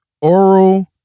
oral